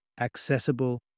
accessible